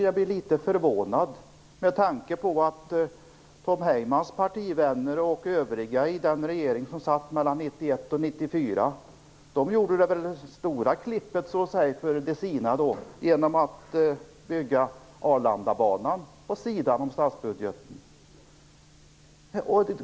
Jag blir litet förvånad, med tanke på att Tom Heymans partivänner och övriga i den regering som satt mellan 1991 och 1994 gjorde det stora klippet för de sina genom att bygga Arlandabanan vid sidan av statsbudgeten.